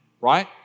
right